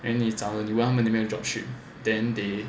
and 你找你问他们有没有 drop ship then they